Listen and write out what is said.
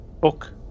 book